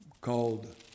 called